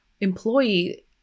employee